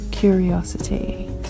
curiosity